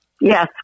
Yes